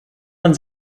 man